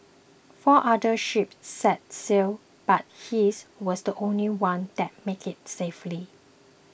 four other ships set sail but his was the only one that made it safely